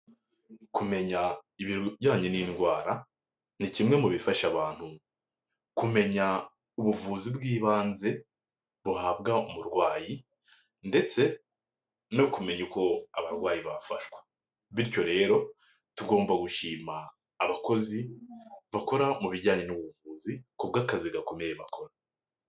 Kumenya ibijyanye n'indwara, ni kimwe mu bifasha abantu, kumenya ubuvuzi bw'ibanze buhabwa umurwayi ndetse no kumenya uko abarwayi bafashwa bityo rero tugomba gushima, abakozi bakora mu bijyanye n'ubuvuzi ku bw'akazi gakomeye bakora.